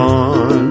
on